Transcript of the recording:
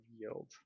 yield